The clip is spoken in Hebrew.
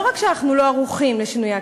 לא רק שאנחנו לא ערוכים לשינויי אקלים,